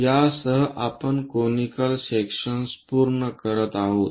यासह आपण conical sections पूर्ण करत आहोत